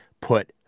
put